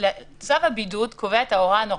צו הבידוד קובע את ההוראה הנורמטיבית,